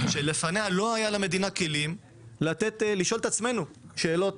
שלפניה למדינה לא היו כלים לשאול את עצמה שאלות